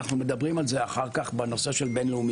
אנחנו מדברים על זה אחר כך בנושא של בין-לאומיות.